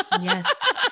Yes